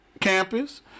campus